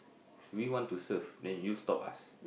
is we want to serve then you stop us